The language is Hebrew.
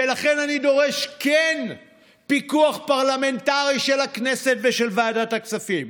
ולכן אני דורש כן פיקוח פרלמנטרי של הכנסת ושל ועדת הכספים,